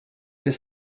des